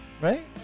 right